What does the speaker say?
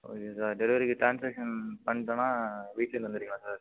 டெலிவெரிக்கு transaction பண்ணிட்டனா வீட்டிலயே தந்துடுவீங்களா சார்